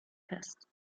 fest